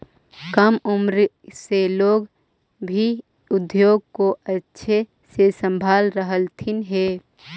कम उम्र से लोग भी उद्योग को अच्छे से संभाल रहलथिन हे